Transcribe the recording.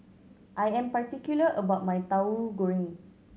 I am particular about my Tauhu Goreng